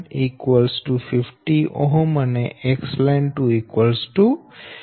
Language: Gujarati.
Xline1 50 Ω અને Xline2 70 Ω છે